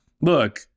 look